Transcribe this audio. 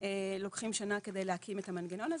לוקחים שנה כדי להקים את המנגנון הזה,